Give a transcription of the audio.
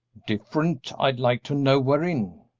different! i'd like to know wherein.